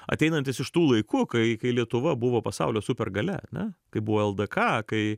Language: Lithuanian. ateinantis iš tų laikų kai kai lietuva buvo pasaulio supergalia ar ne kaip buvo ldk kai